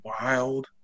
wild